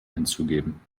hinzugeben